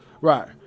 right